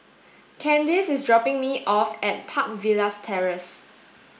Kandice is dropping me off at Park Villas Terrace